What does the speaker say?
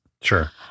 Sure